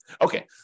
Okay